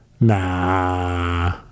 Nah